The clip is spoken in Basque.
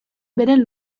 beren